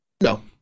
No